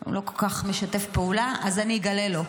הוא לא כל כך משתף פעולה, אז אני אגלה לו.